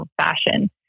fashion